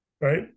Right